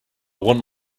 want